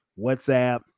WhatsApp